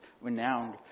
renowned